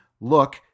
look